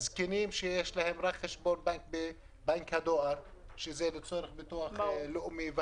זקנים שיש להם חשבון רק בבנק הדואר לצורך ביטוח לאומי.